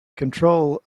control